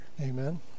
Amen